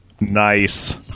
Nice